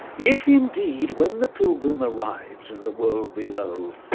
if indeed when the pilgrim arrives in the world below,